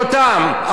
אני לא רואה אותם,